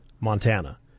montana